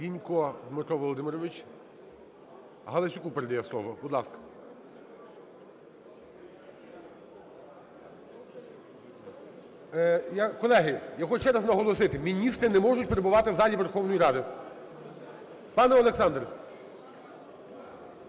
Дмитро Володимирович. Галасюку передає слово. Будь ласка. Колеги, я хочу ще раз наголосити, міністри не можуть перебувати в залі Верховної Ради. Пане Олександр!